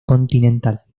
continental